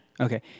Okay